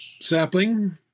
sapling